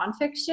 nonfiction